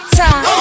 time